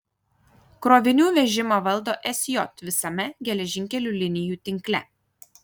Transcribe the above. krovinių vežimą valdo sj visame geležinkelių linijų tinkle